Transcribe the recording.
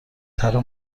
ترا